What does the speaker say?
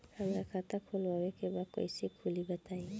हमरा खाता खोलवावे के बा कइसे खुली बताईं?